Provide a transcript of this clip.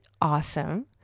awesome